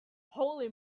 holy